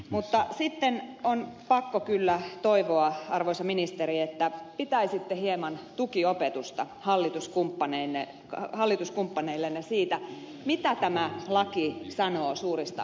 mutta sitten on pakko kyllä toivoa arvoisa ministeri että pitäisitte hieman tukiopetusta hallituskumppaneillenne siitä mitä tämä laki sanoo suurista hankkeista